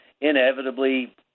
inevitably